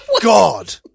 God